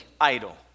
idol